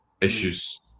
issues